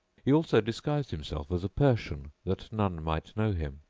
he also disguised himself as a persian that none might know him,